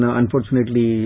unfortunately